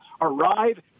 Arrive